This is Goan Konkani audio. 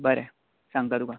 बरें सांगता तुका